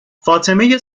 فاطمه